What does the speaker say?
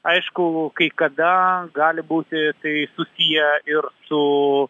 aišku kai kada gali būti tai susiję ir su